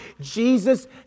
Jesus